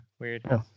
Weird